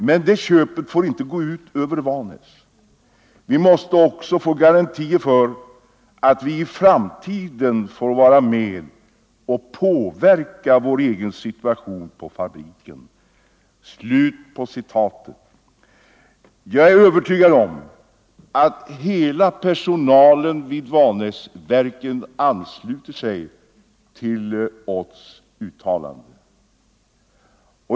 Men det köpet får inte gå ut över Vanäs. Vi måste också få garantier för att vi i framtiden får vara med och påverka vår egen situation på fabriken.” Jag är övertygad om att hela personalen vid Vanäsverken ansluter sig till Odhs uttalande.